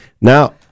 Now